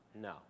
No